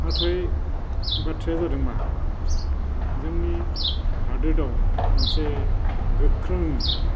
नाथाय बाथ्राया जादों मा जोंनि हादोराव मोनसे गोख्रों